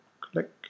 Click